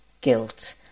guilt